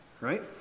right